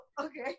okay